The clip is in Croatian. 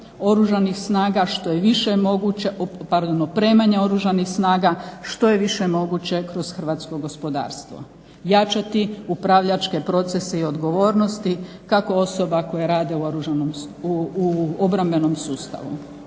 opremanja Oružanih snaga što je više moguće kroz hrvatsko gospodarstvo. Jačati upravljačke procese i odgovornosti kako osoba koje rade u obrambenom sustavu.